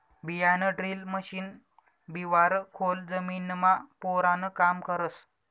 बियाणंड्रील मशीन बिवारं खोल जमीनमा पेरानं काम करस